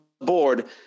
board